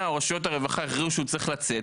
ורשויות הרווחה החליטו שהוא צריך לצאת,